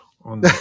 on